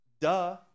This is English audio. duh